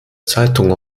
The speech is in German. zeitung